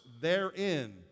therein